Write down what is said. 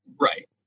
right